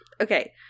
okay